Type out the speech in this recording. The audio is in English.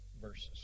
verses